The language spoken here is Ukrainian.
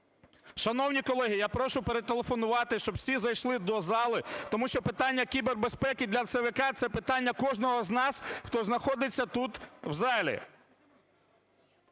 Шановні колеги, я прошу перетелефонувати, щоб всі зайшли до зали, тому що питання кібербезпеки для ЦВК – це питання кожного з нас, хто знаходиться тут у залі.